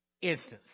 instance